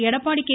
Edappadi K